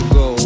go